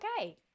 Okay